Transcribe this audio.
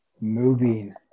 moving